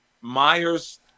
Myers